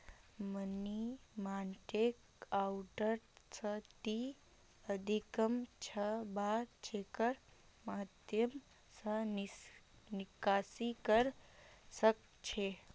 money market account स ती अधिकतम छह बार चेकेर माध्यम स निकासी कर सख छ